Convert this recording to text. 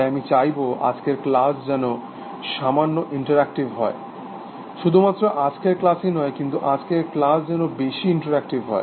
তাই আমি চাইব আজকের ক্লাস যেন সামান্য ইন্টারঅ্যাক্টিভ হয় শুধুমাত্র আজকের ক্লাসই নয় কিন্তু আজকের ক্লাস যেন বেশি ইন্টারঅ্যাক্টিভ হয়